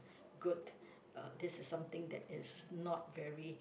good uh this is something that is not very